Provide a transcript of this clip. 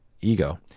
ego